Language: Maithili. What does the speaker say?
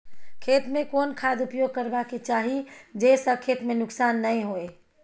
खेत में कोन खाद उपयोग करबा के चाही जे स खेत में नुकसान नैय होय?